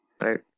right